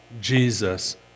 Jesus